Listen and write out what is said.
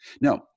now